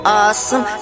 awesome